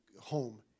home